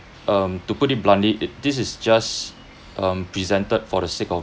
um to put it bluntly it this is just um presented for the sake of